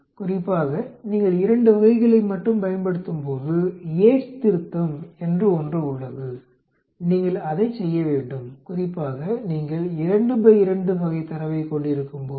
குறிப்பாக நீங்கள் 2 வகைகளை மட்டுமே பயன்படுத்தும் போது யேட்ஸ் திருத்தம் என்று ஒன்று உள்ளது நீங்கள் அதைச் செய்ய வேண்டும் குறிப்பாக நீங்கள் 22 வகை தரவைக் கொண்டிருக்கும்போது